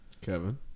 Kevin